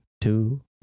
two